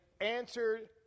answered